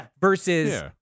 versus